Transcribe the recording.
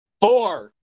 Four